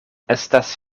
estas